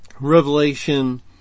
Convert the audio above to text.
Revelation